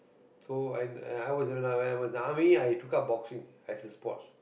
so I I when I was in the army I took up boxing as a sports